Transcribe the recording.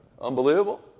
Unbelievable